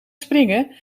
springen